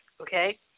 okay